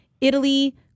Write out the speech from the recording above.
Italy